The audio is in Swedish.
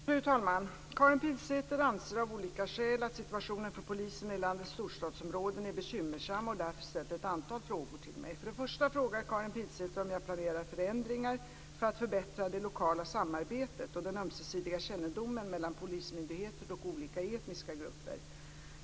Fru talman! Karin Pilsäter anser av olika skäl att situationen för polisen i landets storstadsområden är bekymmersam och har därför ställt ett antal frågor till mig. För det första frågar Karin Pilsäter om jag planerar förändringar för att förbättra det lokala samarbetet och den ömsesidiga kännedomen mellan polismyndigheter och olika etniska grupper.